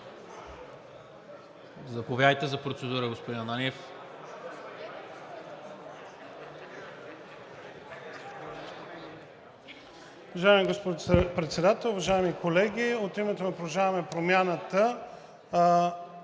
Заповядайте за процедура, господин Ананиев.